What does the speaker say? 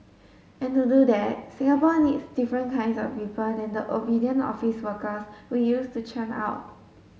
and to do that Singapore needs different kinds of people than the obedient office workers we used to churn out